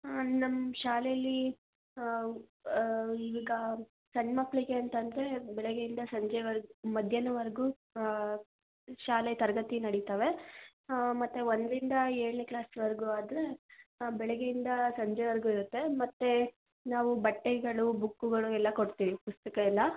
ಹಾಂ ನಮ್ಮ ಶಾಲೇಲಿ ಈಗ ಸಣ್ಣಮಕ್ಳಿಗೆ ಅಂತಂದ್ರೆ ಬೆಳಗ್ಗೆಯಿಂದ ಸಂಜೆವರ್ಗು ಮಧ್ಯಾಹ್ನದ್ವರ್ಗು ಶಾಲೆ ತರಗತಿ ನಡಿತವೆ ಮತ್ತೆ ಒಂದರಿಂದ ಏಳನೇ ಕ್ಲಾಸ್ವರೆಗು ಆದ್ರೆ ಬೆಳಗ್ಗೆಯಿಂದ ಸಂಜೆವರೆಗು ಇರುತ್ತೆ ಮತ್ತೆ ನಾವು ಬಟ್ಟೆಗಳು ಬುಕ್ಕುಗಳು ಎಲ್ಲ ಕೊಡ್ತೀವಿ ಪುಸ್ತಕ ಎಲ್ಲ